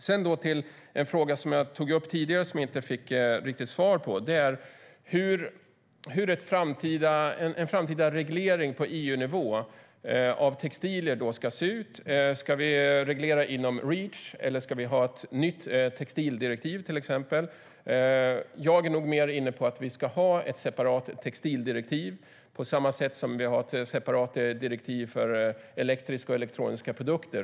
Sedan till en fråga som jag tog upp tidigare som jag inte riktigt fick svar på: Hur ska en framtida reglering på EU-nivå av textilier se ut? Ska vi reglera inom Reach, eller ska vi ha ett nytt textildirektiv? Jag är nog mer inne på att vi ska ha ett separat textildirektiv, på samma sätt som vi har ett separat direktiv för elektriska och elektroniska produkter.